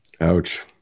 Ouch